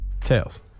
Tails